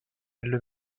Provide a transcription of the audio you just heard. elle